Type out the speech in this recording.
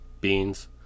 beans